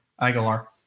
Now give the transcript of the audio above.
aguilar